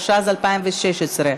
התשע"ז 2016,